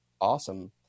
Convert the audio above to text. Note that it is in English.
awesome